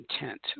intent